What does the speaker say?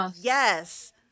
Yes